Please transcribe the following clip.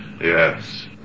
Yes